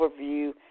overview